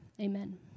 Amen